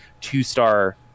two-star